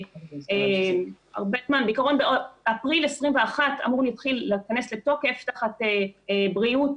--- בעקרון באפריל 2021 אמור להכנס לתוקף תחת בריאות,